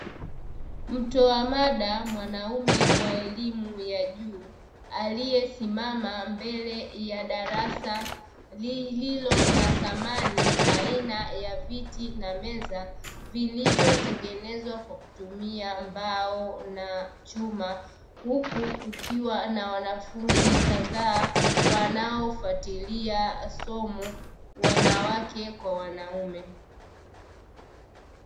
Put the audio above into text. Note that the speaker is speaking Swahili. Mtoa mada mwanaume wa elimu ya juu aliyesimama mbele ya darasa lililo na samani aina ya viti na meza, vilivyotengenezwa kwa kutumia mbao na chuma huku kukiwa na wanafunzi kadhaa wanaofatilia somo wanawake kwa wanaume.